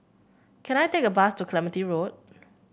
can I take a bus to Clementi Road